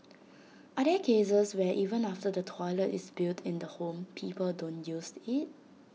are there cases where even after the toilet is built in the home people don't use IT